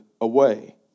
away